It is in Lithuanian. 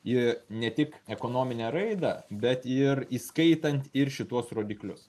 į ne tik ekonominę raidą bet ir įskaitant ir šituos rodiklius